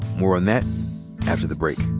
more on that after the break.